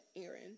Aaron